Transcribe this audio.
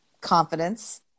confidence